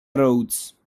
rhodes